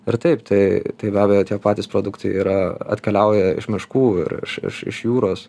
ir taip tai tai be abejo tie patys produktai yra atkeliauja iš miškų ir iš iš jūros